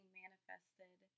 manifested